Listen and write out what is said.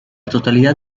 totalidad